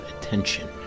attention